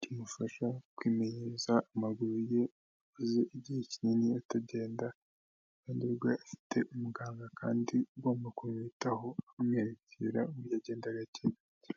kimufasha kwimenyereza amaguru ye amaze igihe kinini atagenda iruhande rwe afite umuganga kandi ugomba kumwitaho amwerekera ubwo yagenda gake gake.